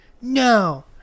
no